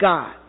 God